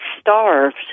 starved